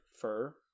fur